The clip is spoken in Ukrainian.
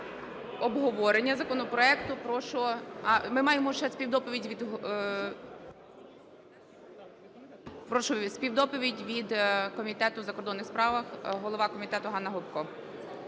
Прошу, співдоповідь від Комітету у закордонних справах. Голова комітету Ганна Гопко.